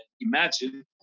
imagine